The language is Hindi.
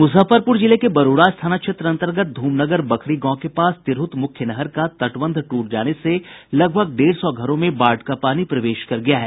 मूजफ्फरपूर जिले के बरूराज थाना क्षेत्र अन्तर्गत ध्मनगर बखरी गांव के पास तिरहुत मुख्य नहर का तटबंध टूट जाने से लगभग डेढ़ सौ घरों में बाढ़ का पानी प्रवेश कर गया है